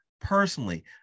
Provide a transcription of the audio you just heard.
personally